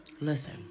Listen